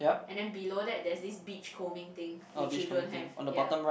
and then below that there is this beachcombing thing which you don't have ya